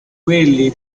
quelli